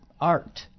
art